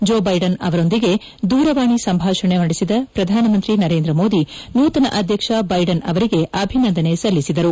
ಜೋ Biden ಅವರೊಂದಿಗೆ ದೂರವಾಣಿ ಸಂಭಾಷಣೆ ನಡೆಸಿದ ಪ್ರಧಾನಮಂತ್ರಿ ನರೇಂದ್ರ ಮೋದಿ ನೂತನ ಅಧ್ಯಕ್ಷ ಬ್ನೆಡನ್ ಅವರಿಗೆ ಅಭಿನಂದನೆ ಸಲ್ಲಿಸಿದರು